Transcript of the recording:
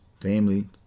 family